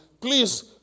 please